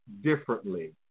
differently